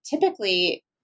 Typically